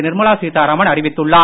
நிர்மலா சீத்தாராமன் அறிவித்துள்ளார்